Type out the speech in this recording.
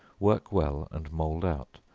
work well and mould out,